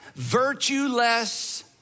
virtueless